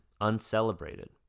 uncelebrated